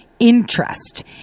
interest